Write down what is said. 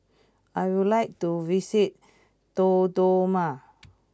I would like to visit Dodoma